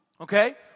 okay